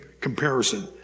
comparison